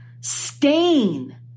stain